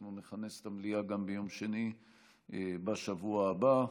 אנחנו נכנס את המליאה גם ביום שני בשבוע הבא,